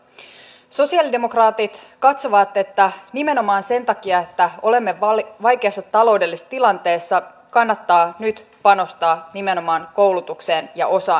tässähän kävi niin että työnantajaosapuoli ek käveli neuvotteluista ulos vaikka se neuvottelutulos oli menossa siihen suuntaan että se olisi ollut suomen kannalta erittäin hyvä